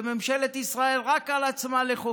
וממשלת ישראל רק על עצמה יודעת לחוקק.